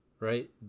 right